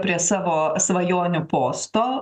prie savo svajonių posto